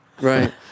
Right